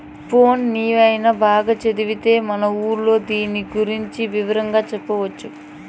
పోన్లే నీవైన బాగా చదివొత్తే మన ఊర్లో దీని గురించి వివరంగా చెప్పొచ్చు